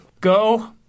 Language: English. Go